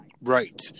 Right